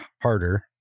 harder